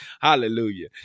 Hallelujah